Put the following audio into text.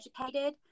educated